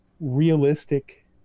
realistic